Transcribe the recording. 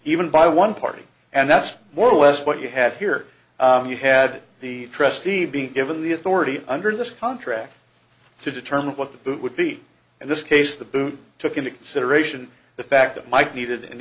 even by one party and that's more or less what you had here you had the trustee being given the authority under this contract to determine what the boot would be in this case the boot took into consideration the fact that mike needed